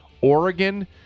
Oregon